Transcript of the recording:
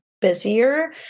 busier